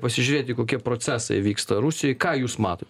pasižiūrėti kokie procesai vyksta rusijoj ką jūs matot